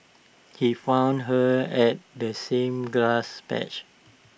he found her at the same grass patch